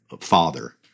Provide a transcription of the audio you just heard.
father